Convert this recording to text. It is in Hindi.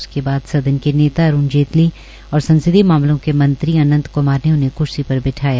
उसके बाद सदन के नेता अरूण जेतली और संसदीय मामलों के मंत्री अनंत क्मार ने उन्हें क्र्सी पर बिठाया